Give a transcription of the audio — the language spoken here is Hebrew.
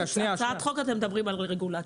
בכל הצעת החוק אתם מדברים על רגולציה.